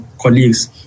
colleagues